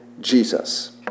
Jesus